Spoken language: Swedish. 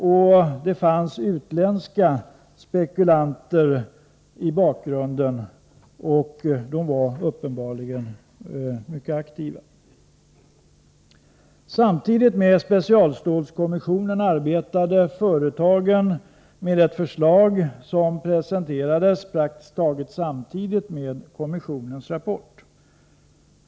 Det fanns vidare utländska spekulanter i bakgrunden, och de var uppenbarligen mycket aktiva. Samtidigt med specialstålskommissionen arbetade företagen med ett förslag som presenterades praktiskt taget samtidigt med kommissionens rapport.